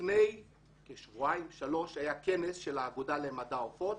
לפני כשבועיים-שלושה היה כנס של האגודה למדע עופות